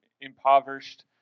impoverished